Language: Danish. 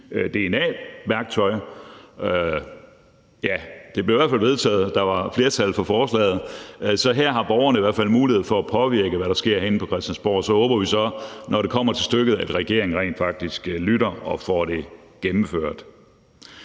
dna-værktøj. Det blev i hvert fald vedtaget; der var flertal for forslaget. Så her har borgerne i hvert fald mulighed for at påvirke, hvad der sker herinde på Christiansborg. Så håber vi så, at regeringen, når det kommer til stykket, rent faktisk lytter og får det gennemført.